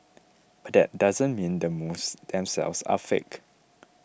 but that doesn't mean the moves themselves are fake